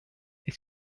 est